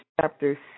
chapter